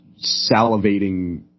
salivating –